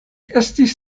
estis